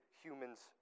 humans